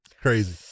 Crazy